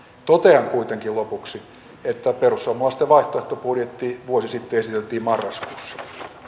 totean kuitenkin lopuksi että perussuomalaisten vaihtoehtobudjetti vuosi sitten esiteltiin marraskuussa